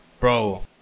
Bro